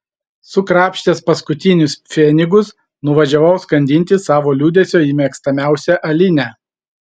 sukrapštęs paskutinius pfenigus nuvažiavau skandinti savo liūdesio į mėgstamiausią alinę